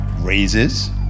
raises